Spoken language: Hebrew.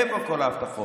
איפה כל ההבטחות?